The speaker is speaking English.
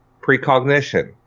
Precognition